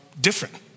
different